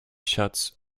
shuts